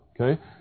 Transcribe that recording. Okay